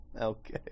Okay